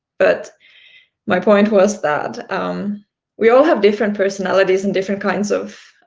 but my point was that um we all have different personalities and different kinds of